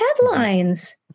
headlines